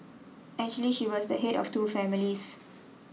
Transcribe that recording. actually she was the head of two families